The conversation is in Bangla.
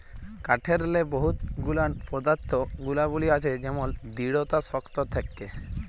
কাঠেরলে বহুত গুলান পদাথ্থ গুলাবলী আছে যেমল দিঢ়তা শক্ত থ্যাকে